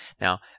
Now